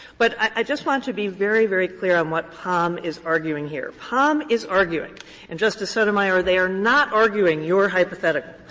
but i just want to be very, very clear on what pom is arguing here. pom is arguing and, justice sotomayor, they are not arguing your hypothetical.